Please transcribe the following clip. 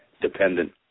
dependent